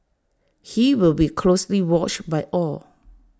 he will be closely watched by all